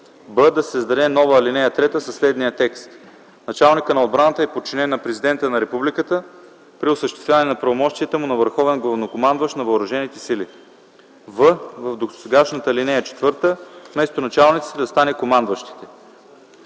да се създаде нова ал. 3 със следния текст: „Началникът на отбраната е подчинен на президента на републиката при осъществяване на правомощията му на върховен главнокомандващ на въоръжените сили”. в) в досегашната ал. 4 вместо „началниците” да стане „командващите”.